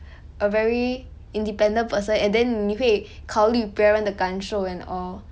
a very independent person and then 你会考虑别人的感受 and all